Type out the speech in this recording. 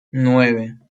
nueve